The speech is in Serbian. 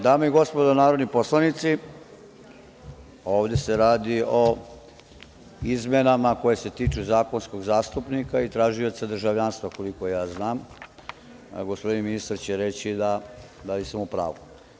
Dame i gospodo narodni poslanici, ovde se radi o izmenama koje se tiče zakonskog zastupnika i tražioca državljanstva, koliko ja znam, a gospodin ministar će reći da li sam u pravu.